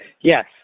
Yes